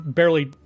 barely